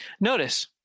Notice